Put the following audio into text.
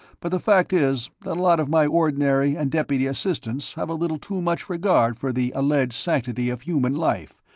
but the fact is that a lot of my ordinary and deputy assistants have a little too much regard for the alleged sanctity of human life,